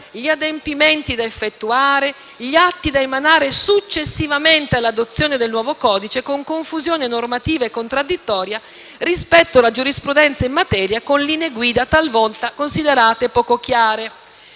gli adempimenti da effettuare e gli atti da emanare successivamente all'adozione del nuovo codice, con confusione normativa e contraddittorietà rispetto alla giurisprudenza in materia, con linee guida talvolta considerate poco chiare.